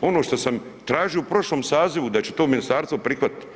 ono što sam tražio u prošlom sazivu da će to ministarstvo prihvatiti.